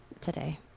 today